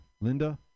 Linda